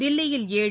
தில்லியில் ஏழு